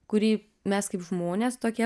kurį mes kaip žmonės tokie